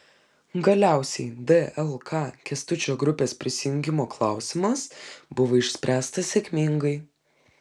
galiausiai dlk kęstučio grupės prisijungimo klausimas buvo išspręstas sėkmingai